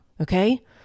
Okay